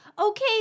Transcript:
okay